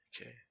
Okay